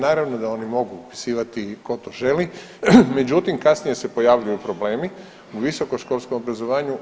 Naravno da oni mogu upisivati tko to želi, međutim kasnije se pojavljuju problemi u visokoškolskom obrazovanju.